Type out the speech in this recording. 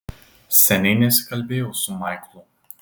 seniai nesikalbėjau su maiklu